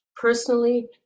personally